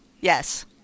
Yes